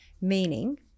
Meaning